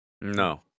no